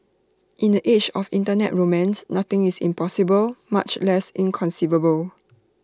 in the age of Internet romance nothing is impossible much less inconceivable